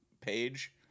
page